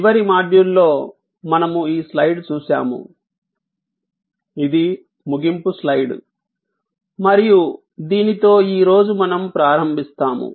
చివరి మాడ్యూల్లో మనము ఈ స్లయిడ్ చూసాము ఇది ముగింపు స్లైడ్ మరియు దీనితో ఈ రోజు మనం ప్రారంభిస్తాము